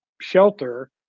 shelter